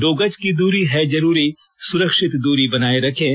दो गज की दूरी है जरूरी सुरक्षित दूरी बनाए रखें